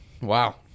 Wow